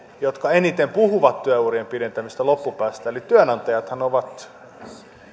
jotka eniten puhuvat työurien pidentämisestä loppupäästä eli työnantajathan ovat